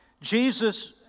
Jesus